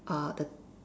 uh the